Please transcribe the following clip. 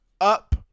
up